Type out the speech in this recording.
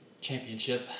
Championship